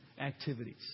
activities